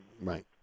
Right